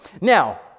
Now